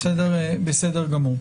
בסדר גמור.